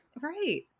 Right